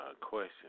question